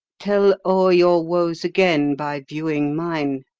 tell o'er your woes again by viewing mine